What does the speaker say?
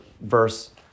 verse